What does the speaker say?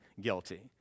guilty